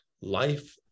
life